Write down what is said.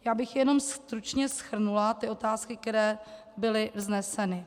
Já bych jenom stručně shrnula otázky, které byly vzneseny.